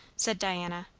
said diana,